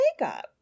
makeup